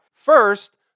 First